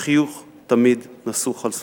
שחיוך תמיד נסוך על שפתיו.